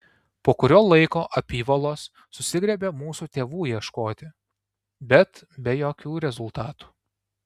po kurio laiko apyvalos susigriebė mūsų tėvų ieškoti bet be jokių rezultatų